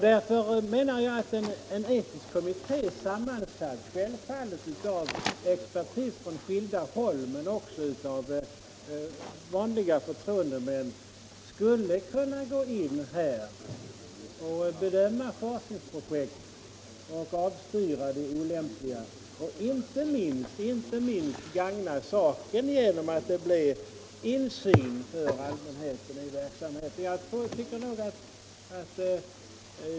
Därför menar jag att en etisk kommitté, självfallet sammansatt av expertis från skilda håll och av vanliga förtroendemän, skulle kunna bedöma forskningsprojekt, avstyra de olämpliga och inte minst gagna saken genom att allmänheten får insyn i verksamheten.